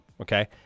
Okay